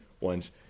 ones